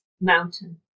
mountain